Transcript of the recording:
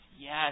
yes